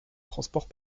transport